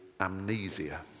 amnesia